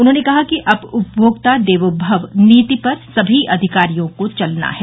उन्होंने कहा कहा कि अब उपमोक्ता देवभव नीति पर सभी अधिकारियों को चलना है